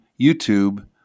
YouTube